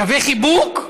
שווה חיבוק?